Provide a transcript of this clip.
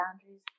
boundaries